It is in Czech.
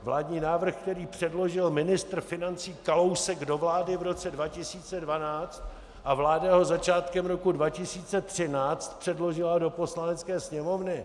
Vládní návrh, který předložil ministr financí Kalousek do vlády v roce 2012, a vláda ho začátkem roku 2013 předložila do Poslanecké sněmovny.